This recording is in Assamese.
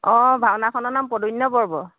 অঁ ভাওনাখনৰ নাম প্ৰদুম্ন্যপৰ্ব